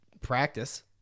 practice